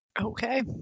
Okay